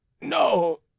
No